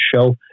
show